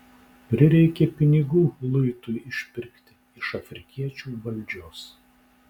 prireikė pinigų luitui išpirkti iš afrikiečių valdžios